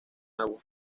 agua